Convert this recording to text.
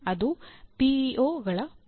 ಅದು ಪಿಇಒಗಳ ಪಾತ್ರ